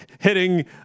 Hitting